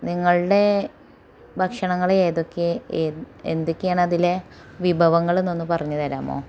നിങ്ങളുടെ ഭക്ഷണങ്ങൾ ഏതൊക്കെ എന്തൊക്കെയാണ് അതിലെ വിഭവങ്ങളെന്ന് ഒന്ന് പറഞ്ഞ് തരാമോ